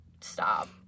stop